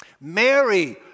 Mary